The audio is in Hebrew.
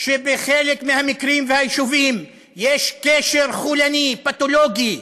שבחלק מהמקרים והיישובים יש קשר חולני, פתולוגי,